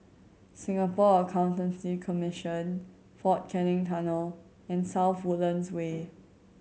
Singapore Accountancy Commission Fort Canning Tunnel and South Woodlands Way